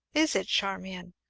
is it, charmian?